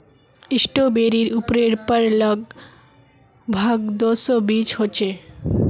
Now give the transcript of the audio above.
स्ट्रॉबेरीर उपरेर पर लग भग दो सौ बीज ह छे